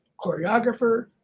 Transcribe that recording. choreographer